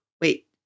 wait